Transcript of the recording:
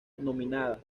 nominada